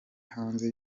hanze